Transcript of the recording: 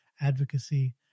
advocacy